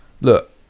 look